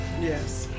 Yes